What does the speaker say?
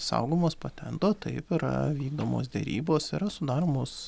saugomos patento taip yra vykdomos derybos yra sudaromos